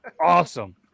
awesome